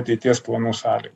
ateities planų sąlyga